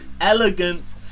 elegant